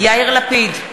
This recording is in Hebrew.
יאיר לפיד,